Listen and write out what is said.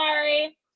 Sorry